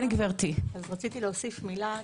רציתי להוסיף מילה.